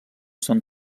són